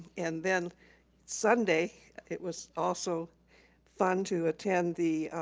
and then sunday, it was also fun to attend the